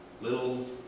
Little